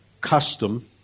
custom